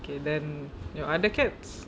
okay then your other cats